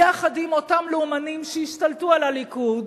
יחד עם אותם לאומנים שהשתלטו על הליכוד,